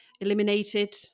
eliminated